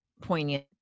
poignant